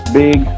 big